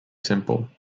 simple